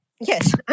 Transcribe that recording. yes